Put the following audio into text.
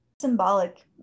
symbolic